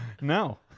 No